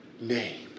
name